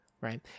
Right